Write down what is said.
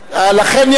לכן,